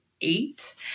eight